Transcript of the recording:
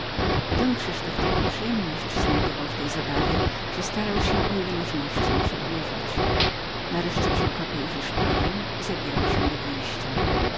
don krzysztof taką przyjemność znajdował w tej zabawie że starał się o ile możności ją przedłużać nareszcie wziął kapelusz i szpadę i zabierał się do wyjścia